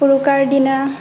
উৰুকাৰ দিনা